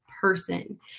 person